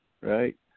Right